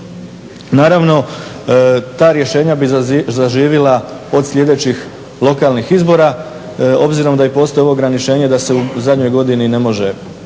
Naravno ta rješenja bi zaživila od sljedećih lokalnih izbora, obzirom da i postoji ovo ograničenje da se u zadnjoj godini ne može